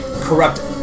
corrupt